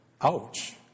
ouch